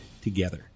together